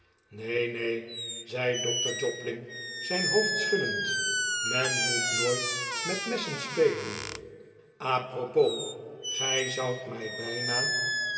neen neen zei dokter jobling zijn lioofd schuddend men moet nooit met messen spelen a propos gij zoudt mij bijna